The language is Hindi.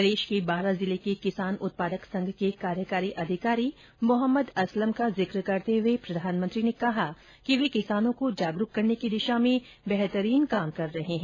प्रदेश के बारा जिले के किसान उत्पादक संघ के कार्यकारी अधिकारी मोहम्मद असलम का जिक्र करते हुए प्रधानमंत्री ने कहा कि वे किसानों को जागरुक करने की दिशा में बेहतरीन काम कर रहे हैं